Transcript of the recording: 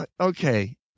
Okay